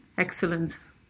Excellence